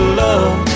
love